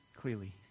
clearly